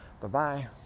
Bye-bye